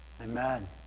Amen